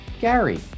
Gary